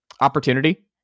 Opportunity